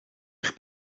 eich